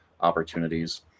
opportunities